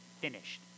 finished